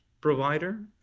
provider